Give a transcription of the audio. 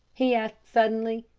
he asked suddenly.